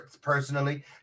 personally